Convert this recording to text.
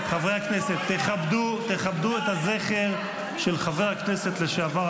תכבדו את הזכר של חבר הכנסת לשעבר,